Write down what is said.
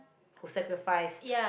who sacrificed